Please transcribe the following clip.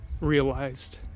realized